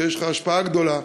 יש לך השפעה גדולה,